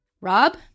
Rob